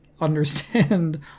Understand